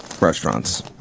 restaurants